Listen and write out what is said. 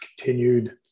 continued